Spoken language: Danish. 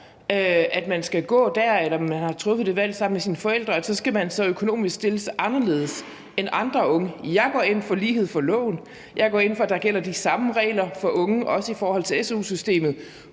at man skal gå der, eller man har truffet det valg sammen med sine forældre, så skal man økonomisk stilles anderledes end andre unge. Jeg går ind for lighed for loven. Jeg går ind for, at der gælder de samme regler for unge, også i forhold til su-systemet,